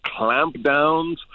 clampdowns